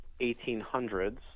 1800s